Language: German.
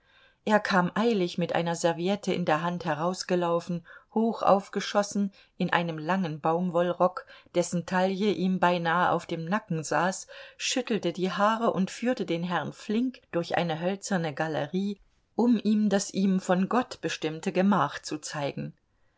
er kam eilig mit einer serviette in der hand herausgelaufen hoch aufgeschossen in einem langen baumwollrock dessen taille ihm beinahe auf dem nacken saß schüttelte die haare und führte den herrn flink durch eine hölzerne galerie um ihm das ihm von gott bestimmte gemach zu zeigen